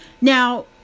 Now